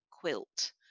quilt